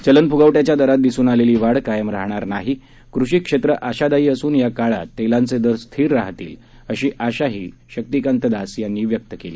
चलन फुगवट्याच्या दरात दिसून आलेली वाढ कायम राहणार नाही कृषी क्षेत्र आशादायी असून या काळात तेलांचे दर स्थिर राहतील अशी आशाही शशिकांत दास यांनी व्यक्त केली